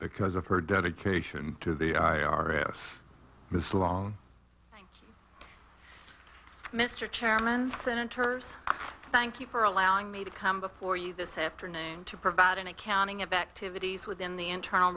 because of her dedication to the ira have before on mr chairman senators thank you for allowing me to come before you this afternoon to provide an accounting of the activities within the internal